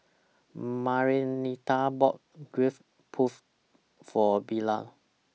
Marianita bought Gudeg Putih For Bilal